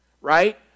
right